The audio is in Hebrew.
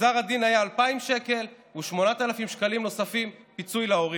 גזר הדין היה 2,000 שקל ו-8,000 שקלים נוספים פיצוי להורים.